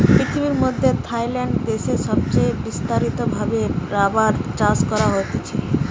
পৃথিবীর মধ্যে থাইল্যান্ড দেশে সবচে বিস্তারিত ভাবে রাবার চাষ করা হতিছে